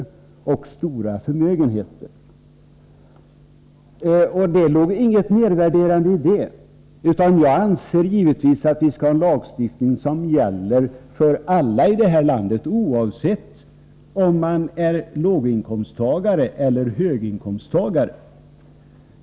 Det låg inget nedvärderande i detta. Jag anser givetvis att vi skall ha en lagstiftning som gäller för alla i detta land, oavsett om man är låginkomsttagare eller höginkomsttagare.